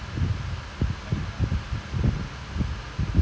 கைல பிடிக்க முடியாது:kaila pidikka mudiyaadhu so he